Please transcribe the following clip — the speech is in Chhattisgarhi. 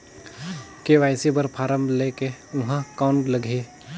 के.वाई.सी बर फारम ले के ऊहां कौन लगही?